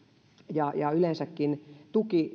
ja ja yleensäkin